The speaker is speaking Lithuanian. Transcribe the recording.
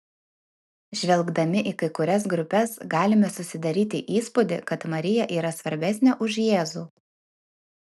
žvelgdami į kai kurias grupes galime susidaryti įspūdį kad marija yra svarbesnė už jėzų